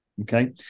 Okay